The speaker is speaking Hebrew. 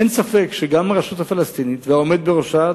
אין ספק שגם הרשות הפלסטינית והעומד בראשה,